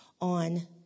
on